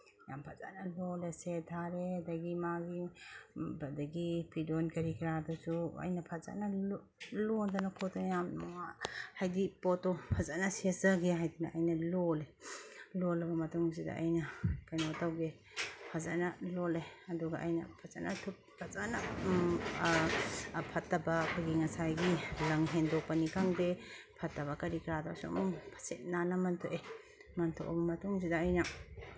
ꯌꯥꯝ ꯐꯖꯅ ꯂꯣꯜꯂꯦ ꯁꯦꯠ ꯊꯥꯔꯦ ꯑꯗꯒꯤ ꯃꯥꯒꯤ ꯑꯗꯒꯤ ꯐꯤꯗꯣꯟ ꯀꯔꯤ ꯀꯔꯥꯗꯨꯁꯨ ꯑꯩꯅ ꯐꯖꯅ ꯂꯣꯟꯗꯅ ꯈꯣꯠꯇꯅ ꯌꯥꯝ ꯍꯥꯏꯗꯤ ꯄꯣꯠꯇꯣ ꯐꯖꯅ ꯁꯦꯠꯆꯒꯦ ꯍꯥꯏꯗꯅ ꯑꯩꯅ ꯂꯣꯜꯂꯦ ꯂꯣꯜꯂꯕ ꯃꯇꯨꯡꯁꯤꯗ ꯑꯩꯅ ꯀꯩꯅꯣ ꯇꯧꯒꯦ ꯐꯖꯅ ꯂꯣꯜꯂꯦ ꯑꯗꯨꯒ ꯑꯩꯅ ꯐꯖꯅ ꯐꯠꯇꯕ ꯑꯩꯈꯣꯏꯒꯤ ꯉꯁꯥꯏꯒꯤ ꯂꯪ ꯍꯦꯟꯗꯣꯛꯄꯅꯤ ꯈꯪꯗꯦ ꯐꯠꯇꯕ ꯀꯔꯤ ꯀꯔꯥꯗꯣ ꯁꯨꯝ ꯁꯤꯠ ꯅꯥꯟꯅ ꯃꯟꯊꯣꯛꯑꯦ ꯃꯟꯊꯣꯛꯑꯕ ꯃꯇꯨꯡꯁꯤꯗ ꯑꯩꯅ